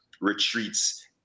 retreats